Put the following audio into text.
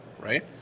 right